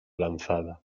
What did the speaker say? lanzada